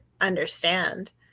understand